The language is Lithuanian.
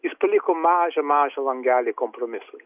jis paliko mažą mažą langelį kompromisui